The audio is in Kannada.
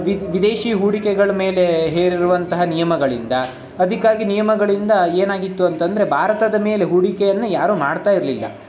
ವಿದ್ ವಿದೇಶಿ ಹೂಡಿಕೆಗಳ ಮೇಲೆ ಹೇರಿರುವಂತಹ ನಿಯಮಗಳಿಂದ ಅದಕ್ಕಾಗಿ ನಿಯಮಗಳಿಂದ ಏನಾಗಿತ್ತು ಅಂತಂದರೆ ಭಾರತದ ಮೇಲೆ ಹೂಡಿಕೆಯನ್ನು ಯಾರೂ ಮಾಡ್ತಾ ಇರಲಿಲ್ಲ